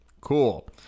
cool